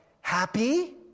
happy